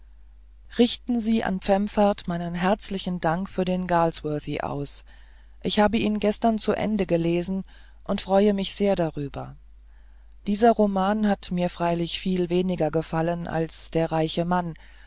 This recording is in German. richten sie an pfemfert meinen herzl dank für den galsworthy aus ich habe ihn gestern zu ende gelesen und freue mich sehr darüber dieser roman hat mir freilich viel weniger gefallen als der reiche mann